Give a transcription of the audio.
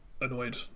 Annoyed